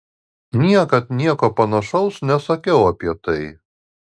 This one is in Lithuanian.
niekad nieko panašaus nesakiau apie tai